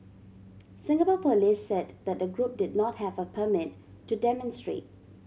Singapore police said that the group did not have a permit to demonstrate